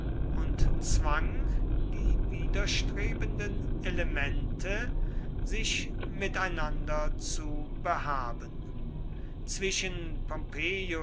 und zwang die widerstrebenden elemente sich miteinander zu behaben zwischen